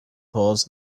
polls